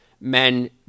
men